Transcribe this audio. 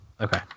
okay